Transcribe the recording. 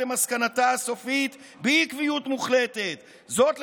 למסקנתה הסופית בעקביות מוחלטת זאת.